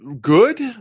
good